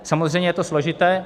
Samozřejmě je to složité.